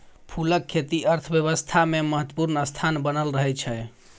फूलक खेती अर्थव्यवस्थामे महत्वपूर्ण स्थान बना रहल छै